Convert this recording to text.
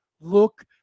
Look